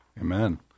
Amen